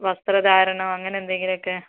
വസ്ത്രധാരണം അങ്ങനെ എന്തെങ്കിലുമൊക്കെ